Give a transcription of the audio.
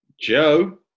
Joe